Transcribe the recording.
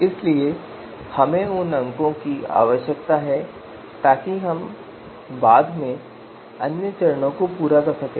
इसलिए हमें उन अंकों की आवश्यकता है ताकि हम बाद में अन्य चरणों को पूरा कर सकें